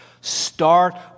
Start